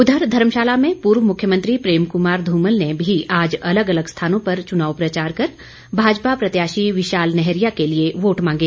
उधर धर्मशाला में पूर्व मुख्यमंत्री प्रेम कुमार धूमल ने भी आज अलग अलग स्थानों पर चुनाव प्रचार कर भाजपा प्रत्याशी विशाल नैहरिया के लिए वोट मांगे